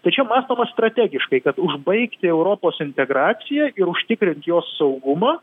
tai čia mąstoma strategiškai kad užbaigti europos integraciją ir užtikrint jos saugumą